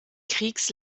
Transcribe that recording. kriegs